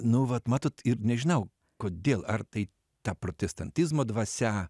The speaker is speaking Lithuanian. nu vat matot ir nežinau kodėl ar tai ta protestantizmo dvasia